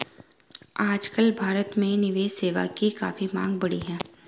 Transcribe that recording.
आजकल भारत में निवेश सेवा की काफी मांग बढ़ी है